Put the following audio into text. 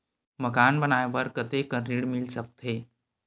मकान बनाये बर कतेकन ऋण मिल सकथे?